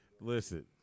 Listen